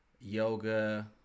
yoga